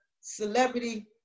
celebrity